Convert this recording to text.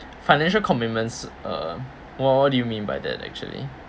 financial commitments um what what do you mean by that actually